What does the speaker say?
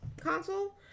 console